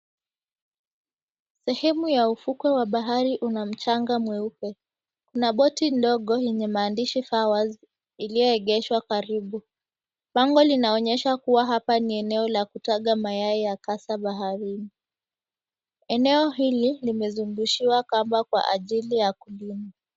Sehemu ya ufukwe wa bahari una mchanga mweupe. Kuna boti ndogo yenye maandishi, Fawers iliyoegeshwa karibu. Bango linaonyesha kuwa hapa ni eneo la kutaga mayai ya kasa baharini. Eneo hili limezungushiwa kamba kwa ajili ya kulima.